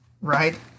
Right